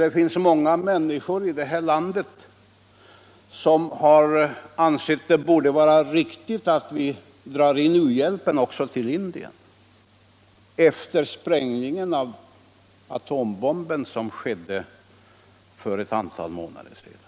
Det finns många människor här i landet som anser att vi bör dra in u-hjälpen också till Indien efter sprängningen av atombomben för ett antal månader sedan.